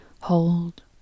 hold